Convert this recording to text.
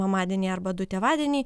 mamadieniai arba du tėvadieniai